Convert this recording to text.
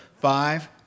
Five